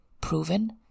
proven